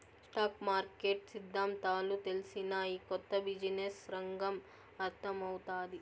stock market సిద్దాంతాలు తెల్సినా, ఈ కొత్త బిజినెస్ రంగం అర్థమౌతాది